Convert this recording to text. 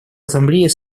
ассамблеей